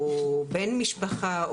או בן משפחה,